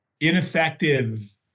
ineffective